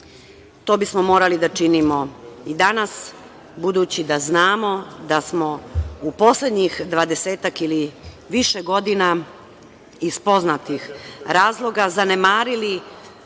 to bismo morali da činimo i danas, budući da znamo da smo u poslednjih dvadesetak ili više godina, iz poznatih razloga, zanemarili